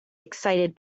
excited